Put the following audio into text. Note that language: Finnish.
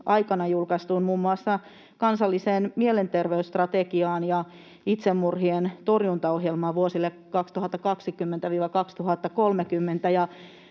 aikana julkaistuihin muun muassa kansalliseen mielenterveysstrategiaan ja itsemurhien torjuntaohjelmaan vuosille 2020—2030,